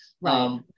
Right